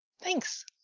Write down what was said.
Thanks